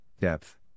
depth